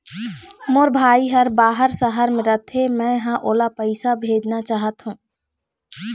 मोर भाई हर बाहर शहर में रथे, मै ह ओला पैसा भेजना चाहथों